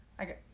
Okay